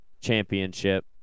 championship